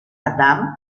adam